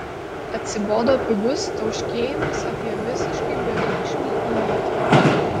atsibodo pigus tauškėjimas apie visiškai bereikšmį įvykį